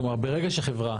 כלומר, ברגע שחברה